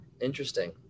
Interesting